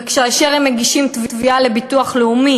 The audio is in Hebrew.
וכאשר הם מגישים תביעה לביטוח לאומי